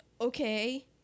okay